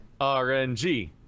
RNG